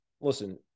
listen